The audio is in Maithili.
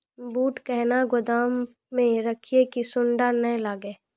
बूट कहना गोदाम मे रखिए की सुंडा नए लागे?